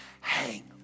Hang